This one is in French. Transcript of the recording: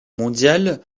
mondial